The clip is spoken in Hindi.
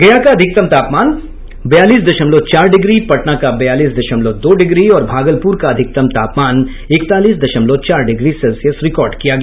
गया का अधिकतम तापमान बयालीस दशमलव चार डिग्री पटना का बयालीस दशमलव दो डिग्री और भागलपुर का अधिकतम तापमान इकतालीस दशमवल चार डिग्री सेल्सियस रिकॉर्ड किया गया